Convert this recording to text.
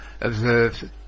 observed